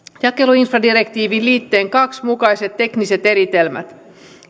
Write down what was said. jakeluinfradirektiivin liitteen kaksi mukaiset tekniset eritelmät